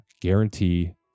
guarantee